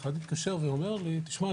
אחד התקשר ואומר לי: תשמע,